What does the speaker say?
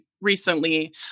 recently